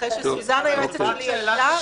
-- אחרי שסוזנה היועצת שלי ילדה,